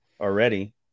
already